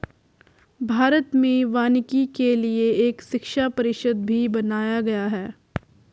भारत में वानिकी के लिए एक शिक्षा परिषद भी बनाया गया है